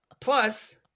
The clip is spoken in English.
Plus